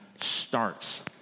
starts